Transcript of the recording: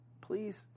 Please